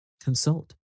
consult